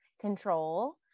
control